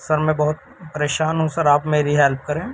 سر میں بہت پریشان ہوں سر آپ میری ہیلپ کریں